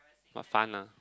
for fun ah